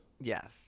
Yes